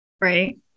Right